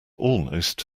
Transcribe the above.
almost